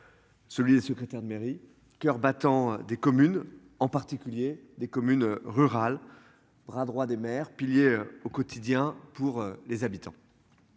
Celui de secrétaire de mairie, coeur battant des communes en particulier des communes rurales bras droit des mères pilier au quotidien pour les habitants.